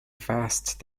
vast